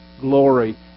glory